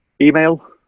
email